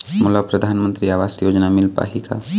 मोला परधानमंतरी आवास योजना मिल पाही का?